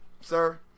sir